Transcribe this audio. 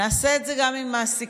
נעשה את זה גם עם מעסיקים.